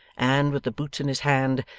and, with the boots in his hand,